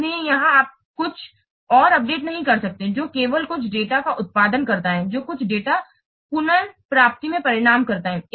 इसलिए यहां आप कुछ और अपडेट नहीं कर सकते हैं जो केवल कुछ डेटा का उत्पादन करता है जो कुछ डेटा पुनर्प्राप्ति में परिणाम करता है